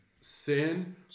sin